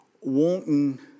wanting